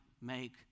make